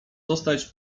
zostać